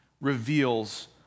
reveals